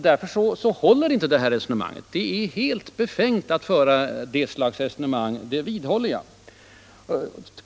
Därför håller inte finansministerns resonemang. Det är helt befängt att föra det slaget av resonemang; det vidhåller jag.